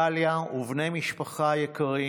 דליה ובני משפחה יקרים,